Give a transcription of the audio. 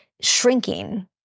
shrinking